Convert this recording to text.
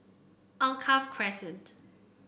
Alkaff Crescent